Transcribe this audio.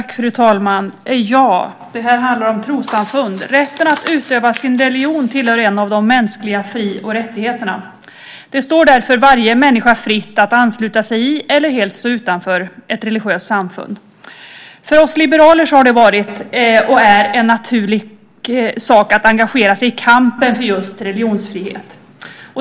Fru talman! Det här handlar om trossamfund. Rätten att utöva sin religion tillhör en av de mänskliga fri och rättigheterna. Det står därför varje människa fritt att ansluta sig till eller helt stå utanför ett religiöst samfund. För oss liberaler har det varit och är en naturlig sak att engagera sig i kampen för just religionsfrihet.